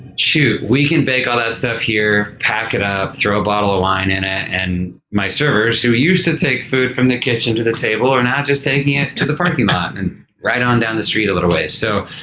shoot, we can bake all that stuff here, pack it up, throw a bottle of wine in it. and my servers who used to take food from the kitchen to the table are now just taking it ah to the parking lot and right on down the street a little way. so